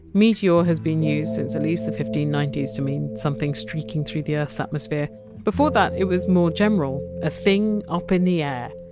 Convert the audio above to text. meteor! has been used since at least the fifteen ninety s to mean something streaking through the earth! s atmosphere before that, it was more general, a thing up in the air.